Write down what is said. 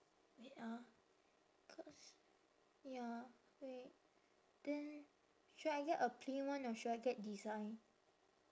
wait ah cause ya wait then should I get a plain one or should I get design